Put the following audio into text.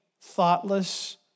thoughtless